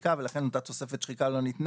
שחיקה ולכן אותה תוספת שחיקה לא ניתנה,